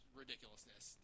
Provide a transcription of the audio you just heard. ridiculousness